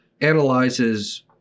analyzes